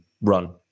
run